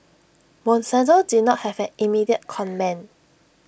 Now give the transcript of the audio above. monsanto did not have an immediate comment